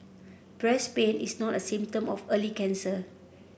breast pain is not a symptom of early cancer